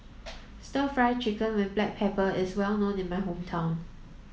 stir fry chicken with black pepper is well known in my hometown